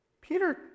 Peter